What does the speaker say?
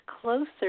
closer